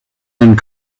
and